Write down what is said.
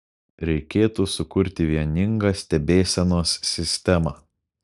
reikėtų sukurti vieningą stebėsenos sistemą